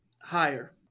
higher